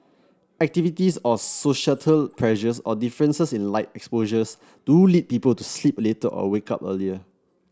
activities or societal pressures or differences in light exposure do lead people to sleep later or wake up earlier